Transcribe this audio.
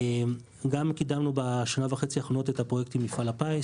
גם קידמנו בשנה וחצי האחרונות את הפרויקט עם מפעל הפיס,